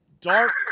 Dark